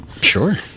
Sure